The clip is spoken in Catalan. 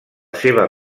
seva